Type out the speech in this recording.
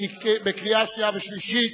בקריאה שנייה ושלישית.